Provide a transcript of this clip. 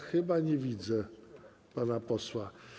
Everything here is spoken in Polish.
Chyba nie widzę pana posła.